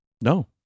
no